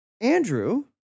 Andrew